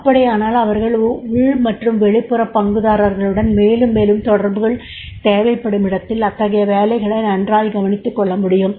அப்படியானால் அவர்கள் உள் மற்றும் வெளிப்புற பங்குதாரர்களுடன் மேலும் மேலும் தொடர்புகள் தேவைப்படுமிடத்தில் அத்தகைய வேலைகளை நன்றாய் கவனித்துக்கொள்ள முடியும்